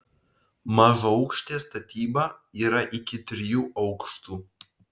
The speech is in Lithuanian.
mažaaukštė statyba yra iki trijų aukštų